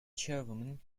chairwoman